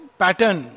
pattern